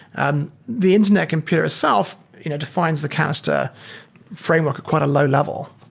and the internet computer itself you know defines the canister framework at quite a low level.